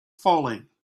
falling